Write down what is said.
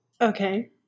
Okay